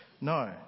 No